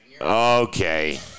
Okay